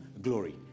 glory